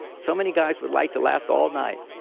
so many guys would like to last all night,